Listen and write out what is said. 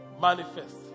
manifest